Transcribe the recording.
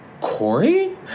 Corey